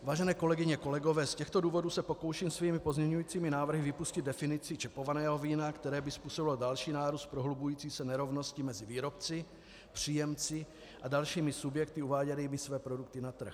Vážené kolegyně, kolegové, z těchto důvodů se pokouším svými pozměňujícími návrhy vypustit definici čepovaného vína, které by způsobilo další nárůst prohlubující se nerovnosti mezi výrobci, příjemci a dalšími subjekty uváděnými své produkty na trh.